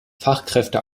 fachkräfte